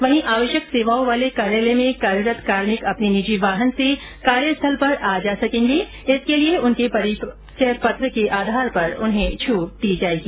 वहीं आवश्यक सेवाओं वाले कार्यालय में कार्यरत कार्मिक अपने निजी वाहन से कार्यस्थल पर आ जा सकेंगे इसके लिए उनके परिचय पत्र के आधार पर उन्हें छूट दी जाएगी